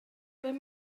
roedd